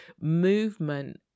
movement